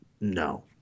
No